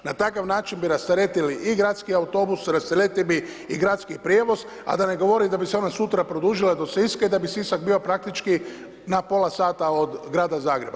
Na takav način bi rasteretili i gradski autobus, rasteretili bi i gradski prijevoz, a da ne govorim da bi se ona sutra produžila do Siska i da bi Sisak bio praktički na pola sata od grada Zagreba.